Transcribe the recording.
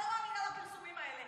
אני לא מאמינה לפרסומים האלה.